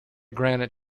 granite